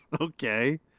Okay